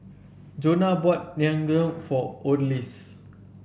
Jonah bought Naengmyeon for Odalys